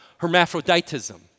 hermaphroditism